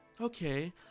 okay